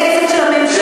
זה כסף שלהם.